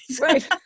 Right